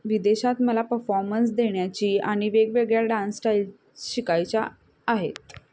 विदेशात मला पफॉमन्स देण्याची आणि वेगवेगळ्या डान्स स्टाईल शिकायच्या आहेत